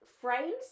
frames